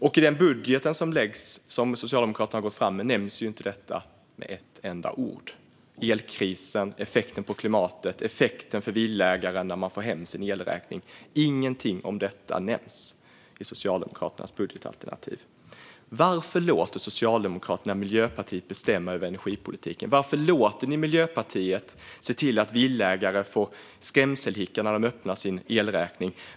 I den budget som Socialdemokraterna har lagt fram nämns inte detta med ett enda ord. Elkrisen, effekten på klimatet, effekten för villaägarna när de får hem sin elräkning - ingenting om detta nämns i Socialdemokraternas budgetalternativ. Varför låter Socialdemokraterna Miljöpartiet bestämma över energipolitiken? Varför låter ni Miljöpartiet se till att villaägare får skrämselhicka när de öppnar sin elräkning?